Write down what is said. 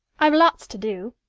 i've lots to do.